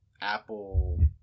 Apple